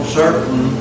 certain